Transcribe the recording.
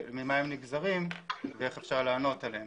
ממה הם נגזרים ואיך אפשר לענות עליהם.